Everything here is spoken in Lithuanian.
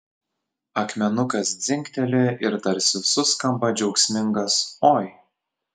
akmenukas dzingteli ir tarsi suskamba džiaugsmingas oi